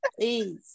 please